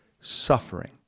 suffering